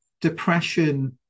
depression